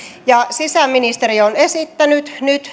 sisäministeriö on esittänyt nyt että